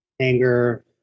anger